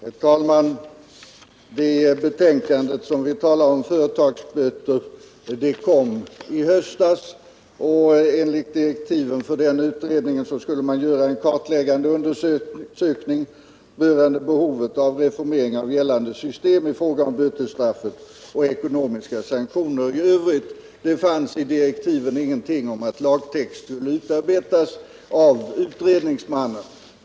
Herr talman! Det betänkande som vi talar om, Företagsböter, kom i höstas. Enligt direktiven för utredningen skulle det göras en kartläggande undersökning rörande behovet av en reformering av gällande system i fråga om bötesstraff och ekonomiska sanktioner i övrigt. Det fanns i direktiven ingenting om att lagtext skulle utarbetas av utredningsmannen.